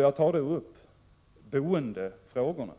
Jag tar då upp boendefrågorna